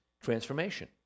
transformation